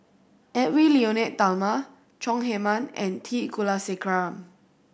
Edwy Lyonet Talma Chong Heman and T Kulasekaram